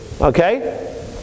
Okay